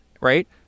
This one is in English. right